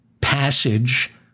passage